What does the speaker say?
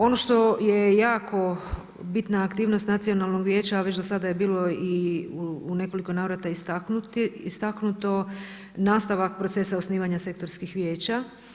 Ono što je jako bitna aktivnost Nacionalnog vijeća a već do sada je bilo i u nekoliko navrata istaknuto, nastavak procesa osnivanja sektorskih vijeća.